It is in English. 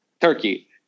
Turkey